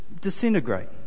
disintegrate